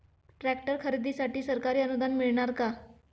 Tractor खरेदीसाठी सरकारी अनुदान मिळणार का?